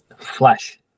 flash